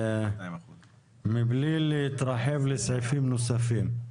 מבלי להתרחב לסעיפים נוספים?